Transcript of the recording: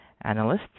Analysts